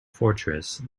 fortress